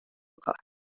کار